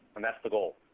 and that's the goal.